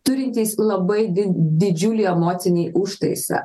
turintys labai di didžiulį emocinį užtaisą